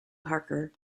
parker